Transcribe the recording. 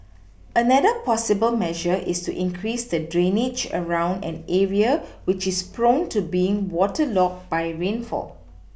another possible measure is to increase the drainage around an area which is prone to being waterlogged by rainfall